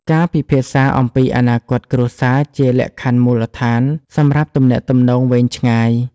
ការពិភាក្សាអំពីអនាគតគ្រួសារជាលក្ខខណ្ឌមូលដ្ឋានសម្រាប់ទំនាក់ទំនងវែងឆ្ងាយ។